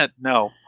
No